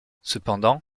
cependant